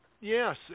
Yes